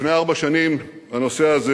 לפני ארבע שנים הנושא הזה